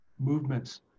movements